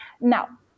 Now